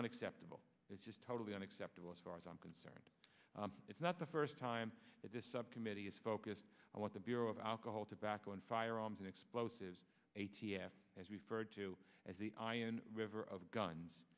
unacceptable it's just totally unacceptable as far as i'm concerned it's not the first time that this subcommittee is focused i want the bureau of alcohol tobacco and firearms and explosives a t f as we've heard to as the i in river of guns